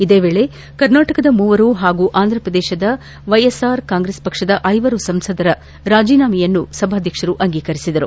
ಇದೇ ವೇಳೆ ಕರ್ನಾಟಕದ ಮೂವರು ಹಾಗೂ ಅಂದ್ರ ಪ್ರದೇಶದ ವೈಎಸ್ಆರ್ ಕಾಂಗ್ರೆಸ್ ಪಕ್ಷದ ಐವರು ಸಂಸದರ ರಾಜೀನಾಮೆಯನ್ನು ಸಭಾಧ್ವಕ್ಷರು ಅಂಗೀಕರಿಸಿದರು